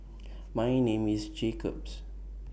My name IS Jacob's